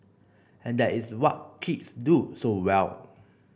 and that is what kids do so well